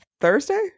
thursday